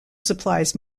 supplies